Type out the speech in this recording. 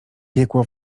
piekło